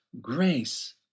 grace